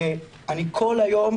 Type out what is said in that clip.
ואני כל היום,